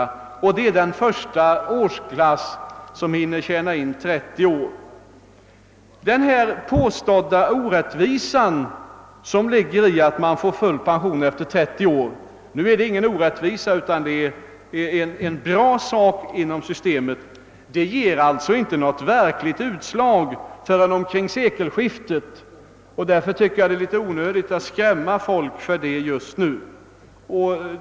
De utgör således den första årsklass som hinner tjäna in 30 år. Den påstådda orättvisa som ligger i att full pension utgår efter 30 år — nu är det ingen orättvisa utan en bra sak inom systemet — ger alltså inte något verkligt utslag förrän omkring sekelskiftet. Därför tycker jag att det är litet onödigt att skrämma folk med detta redan nu.